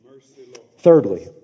Thirdly